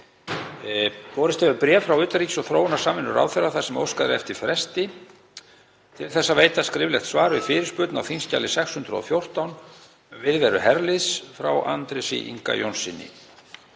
Borist hefur bréf frá utanríkis- og þróunarsamvinnuráðherra þar sem óskað er eftir fresti til þess að veita skriflegt svar við fyrirspurn á þskj. 614, um viðveru herliðs, frá Andrési Inga Jónssyni.